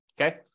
Okay